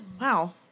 Wow